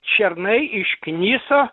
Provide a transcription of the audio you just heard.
šernai iškniso